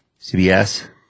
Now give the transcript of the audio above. CBS